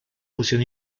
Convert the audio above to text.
fusión